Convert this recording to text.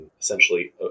essentially